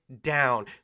down